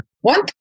One